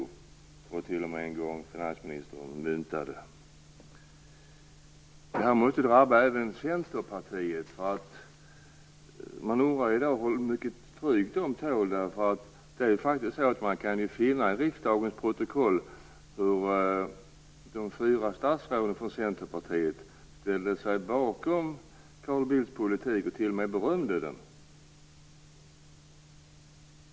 Jag tror t.o.m. att det var finansministern som en gång myntade det uttrycket. Det här måste väl även drabba Centerpartiet. Man kan undra hur mycket stryk Centern tål. Av riksdagens protokoll framgår att de fyra centerpartistiska statsråden ställde sig bakom Carl Bildts politik och t.o.m. berömde den.